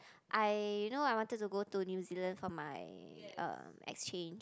I know I wanted to go to New-Zealand for my uh exchange